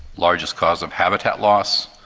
largest cause of habitat loss,